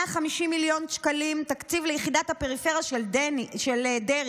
150 מיליון שקלים תקציב ליחידת הפריפריה של דרעי.